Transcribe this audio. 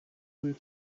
will